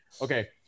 Okay